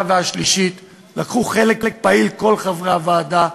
והשלישית לקחו חלק פעיל כל חברי הוועדה,